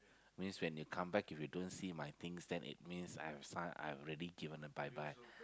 means when you come back if you don't see my things then it means I have sign I have already given the bye bye